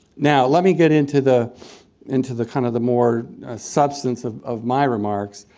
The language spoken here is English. now, let me get into the into the kind of the more substance of of my remarks.